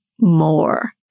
more